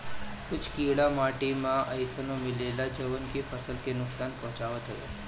कुछ कीड़ा माटी में अइसनो मिलेलन जवन की फसल के नुकसान पहुँचावत हवे